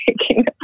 taking